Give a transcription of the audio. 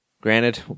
granted